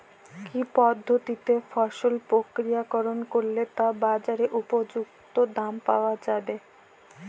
কি পদ্ধতিতে ফসল প্রক্রিয়াকরণ করলে তা বাজার উপযুক্ত দাম পাওয়া যাবে?